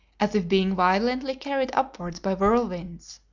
as if being violently carried upwards by whirlwinds.